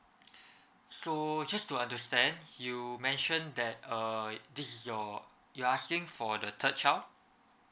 so just to understand you mention that uh this is your you're asking for the third child